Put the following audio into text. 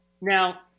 Now